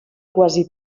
quasi